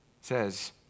Says